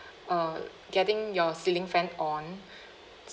uh getting your ceiling fan on